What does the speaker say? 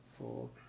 four